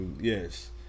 yes